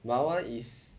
my [one] is